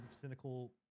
cynical